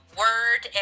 word